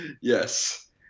Yes